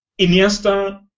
Iniesta